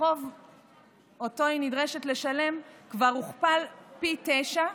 החוב שאותו היא נדרשת לשלם כבר הוכפל פי תשעה,